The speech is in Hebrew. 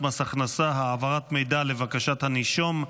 מס הכנסה (העברת מידע לבקשת הנישום),